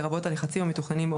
לרבות הלחצים המתוכננים,